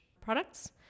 products